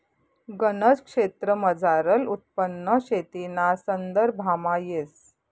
गनज क्षेत्रमझारलं उत्पन्न शेतीना संदर्भामा येस